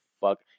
fuck